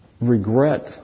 regret